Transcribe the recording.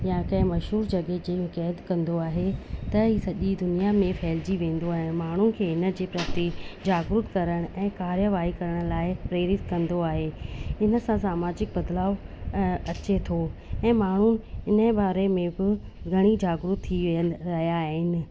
या कें मशहूरु जॻहि जी क़ैदि कंदो आहे त हीअ सॼी दुनिया में फैलिजी वेंदो आहे ऐं माण्हुनि खे हिन जे प्रति जागरुक करणु ऐं कार्यवाही करण लाइ प्रेरित कंदो आहे हिन सां सामाजिक बदिलाउ अचे थो ऐं माण्हू इन बारे में बि घणेई जागरुक थी विया रहिया आहिनि